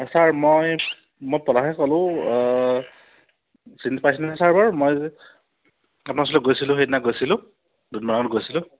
sir মই মই পলাশে ক'লোঁ চিনি পাইছনে ছাৰ বাৰু মই যে আপোনাৰ ওচৰলৈ গৈছিলোঁ সেইদিনা গৈছিলোঁ দুদিনমানৰ আগত গৈছিলোঁ